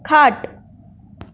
खाट